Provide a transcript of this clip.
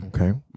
Okay